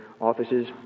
offices